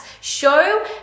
Show